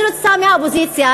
אני רוצה מהאופוזיציה,